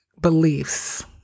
beliefs